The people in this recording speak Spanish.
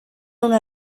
una